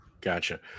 Gotcha